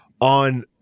on